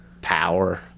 Power